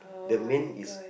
the main is